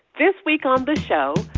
this week on the show.